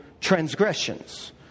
transgressions